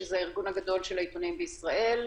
שזה הארגון הגדול של העיתונאים בישראל.